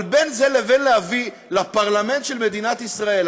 אבל בין זה לבין להביא לפרלמנט של מדינת ישראל,